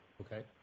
Okay